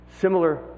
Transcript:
similar